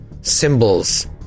symbols